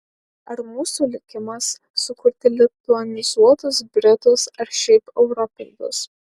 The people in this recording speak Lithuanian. ar mūsų likimas sukurti lituanizuotus britus ar šiaip europidus